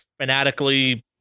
fanatically